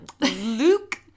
Luke